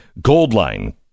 Goldline